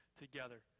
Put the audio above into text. together